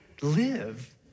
live